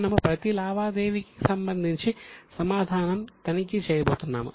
మనము ప్రతి లావాదేవీకి సంబంధించి సమాధానం తనిఖీ చేయబోతున్నాము